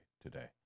today